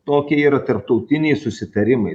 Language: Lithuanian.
tokie yra tarptautiniai susitarimai